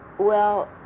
well.